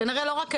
כנראה לא רק אני.